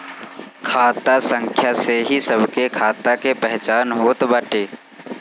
खाता संख्या से ही सबके खाता के पहचान होत बाटे